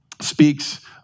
speaks